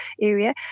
area